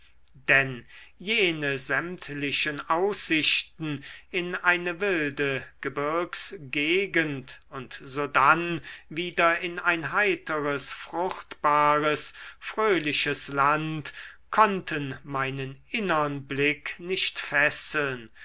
denn jene sämtlichen aussichten in eine wilde gebirgsgegend und sodann wieder in ein heiteres fruchtbares fröhliches land konnten meinen innern blick nicht fesseln